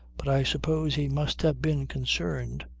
but i suppose he must have been concerned.